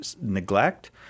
neglect